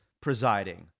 presiding